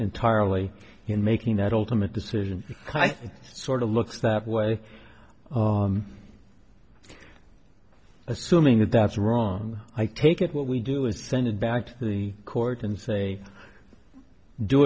entirely in making that ultimate decision and sort of looks that way assuming that that's wrong i take it what we do is send it back to the court and say do